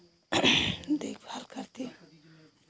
देखभाल करती हूँ